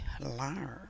learn